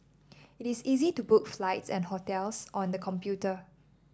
it is easy to book flights and hotels on the computer